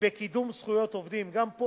בקידום זכויות עובדים אם העובד הסכים לכך.